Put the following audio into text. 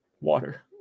water